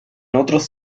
otros